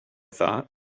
thought